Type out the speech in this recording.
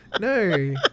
No